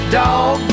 dog